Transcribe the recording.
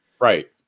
right